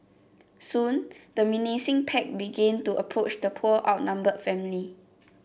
soon the menacing pack began to approach the poor outnumbered family